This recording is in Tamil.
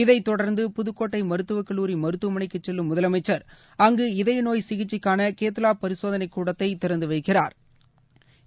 இதைத் தொடர்ந்து புதுக்கோட்டை மருத்துவக் கல்லூரி மருத்துவமனைக்குச் செல்லும் முதலமைச்சா் அங்கு இதய நோய் சிகிச்சைக்கான கேத்லாப் பரிசோதனைக் கூடத்தை திறந்து வைக்கிறாா்